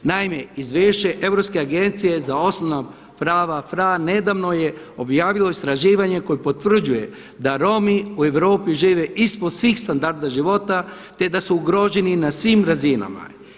Naime Izvješće Europske agencije za osnovana prava FRA nedavno je objavilo istraživanje koje potvrđuje da Romi u Europi žive ispod svih standarda života te da su ugroženi na svim razinama.